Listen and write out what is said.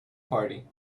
party